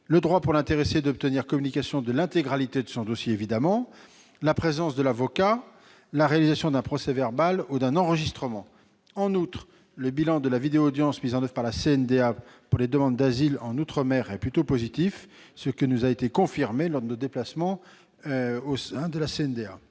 le droit pour l'intéressé d'obtenir communication de l'intégralité de son dossier, la présence de l'avocat, la réalisation d'un procès-verbal ou d'un enregistrement. En outre, le bilan de la vidéo-audience mise en oeuvre par la CNDA pour les demandes d'asile outre-mer est plutôt positif. Cela nous a été confirmé lors de notre déplacement à la CNDA.